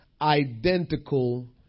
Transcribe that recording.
identical